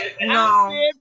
No